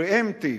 preemptive,